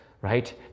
right